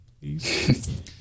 Please